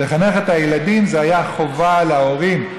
לחנך את הילדים זה היה חובה להורים,